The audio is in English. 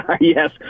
Yes